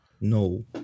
no